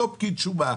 אותו פקיד שומה,